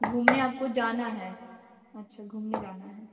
घूमने आपको जाना है अच्छा घूमने जाना है